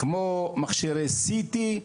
כמו מכשירי CT,